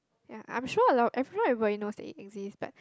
ya I'm sure a lot everybody knows that it exist but